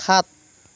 সাত